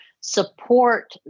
support